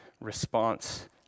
response